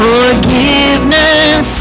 Forgiveness